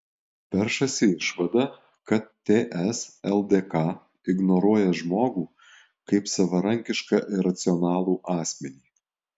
peršasi išvada kad ts ldk ignoruoja žmogų kaip savarankišką ir racionalų asmenį